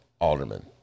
alderman